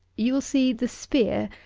you will see the spear,